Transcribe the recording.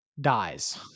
dies